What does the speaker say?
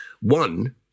one